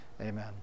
Amen